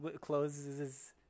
closes